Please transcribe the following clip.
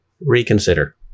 reconsider